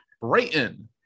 Brighton